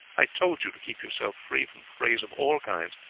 i told you to keep yourself free from frays of all kinds,